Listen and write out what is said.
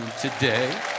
today